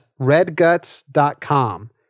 redguts.com